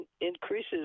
increases